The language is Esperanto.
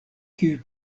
kiuj